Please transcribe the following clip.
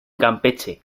campeche